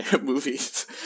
movies